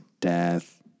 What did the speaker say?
Death